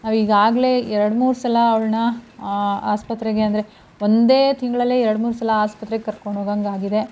ನಾವೀಗಾಗ್ಲೆ ಎರಡು ಮೂರು ಸಲ ಅವ್ಳನ್ನು ಆಸ್ಪತ್ರೆಗೆ ಅಂದರೆ ಒಂದೇ ತಿಂಗಳಲ್ಲೇ ಎರಡು ಮೂರು ಸಲ ಆಸ್ಪತ್ರೆಗೆ ಕರ್ಕೊಂಡ್ಹೋಗಂಗಾಗಿದೆ